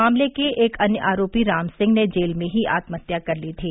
मामले के एक अन्य आरोपी राम सिंह ने जेल में ही आत्महत्या कर ली थी